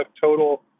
total